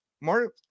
more